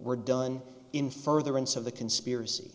were done in furtherance of the conspiracy